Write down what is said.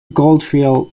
goldfield